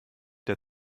der